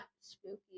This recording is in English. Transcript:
spooky